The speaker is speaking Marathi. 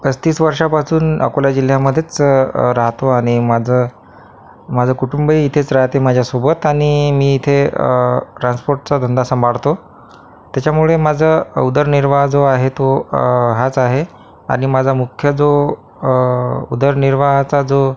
पस्तीस वर्षापासून अकोला जिल्ह्यामध्येच राहतो आणि माझं माझं कुटुंबही इथेच राहते माझ्यासोबत आणि मी इथे ट्रान्सपोर्टचा धंदा सांभाळतो त्याच्यामुळे माझा उदरनिर्वाह जो आहे तो हाच आहे आणि माझा मुख्य जो उदरनिर्वाहचा जो